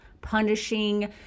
Punishing